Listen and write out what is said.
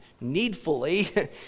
needfully